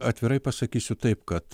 atvirai pasakysiu taip kad